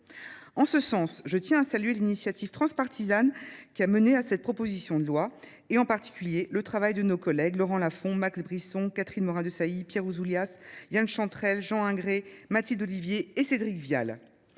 En ce sens, je tiens à saluer l'initiative transpartisane qui a mené à cette proposition de loi, et en particulier le travail de nos collègues Laurent Lafont, Max Brisson, Catherine Morin de Sailly, Pierre Ousoulias, Yann Chantrelle, Jean Ingré, Mathilde Olivier et Cédric Vial.